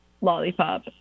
lollipop